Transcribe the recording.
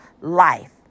life